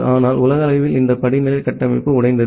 ஆனால் உலகளவில் இந்த படிநிலை கட்டமைப்பு உடைந்தது